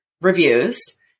reviews